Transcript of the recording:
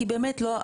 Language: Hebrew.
כי באמת לא,